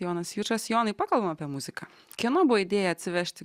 jonas jučas jonai pakalbam apie muziką kieno buvo idėja atsivežti